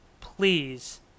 please